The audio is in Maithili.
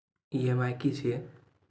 ई.एम.आई की छिये?